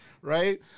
Right